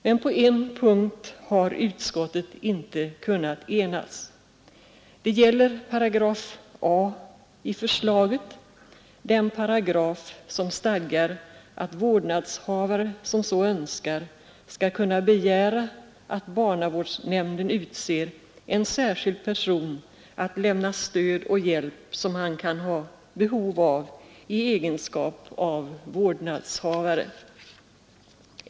Men på en punkt har utskottet inte kunnat enas. Det gäller 3 a § i förslaget, den paragraf som stadgar att vårdnadshavare som så önskar skall kunna begära att barnavårdsnämnden utser en särskild person att lämna stöd och hjälp som han kan ha behov av i egenskap av vårdnadshavare.